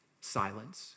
Silence